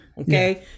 okay